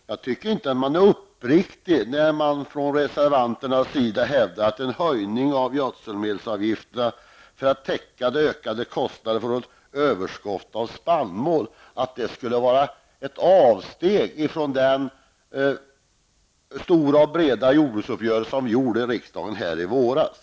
Herr talman! Jag tycker inte att man är uppriktig när man från reservanternas sida hävdar att en höjning av gödselmedelsavgifterna för att täcka de ökade kostnaderna för ett överskott av spannmål innebär ett avsteg från den stora jordbruksuppgörelse som träffades i våras.